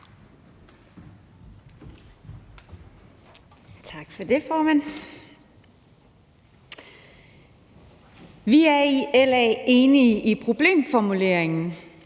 Vi er i LA enige i problemformuleringen,